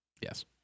Yes